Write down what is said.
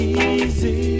easy